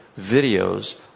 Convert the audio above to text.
videos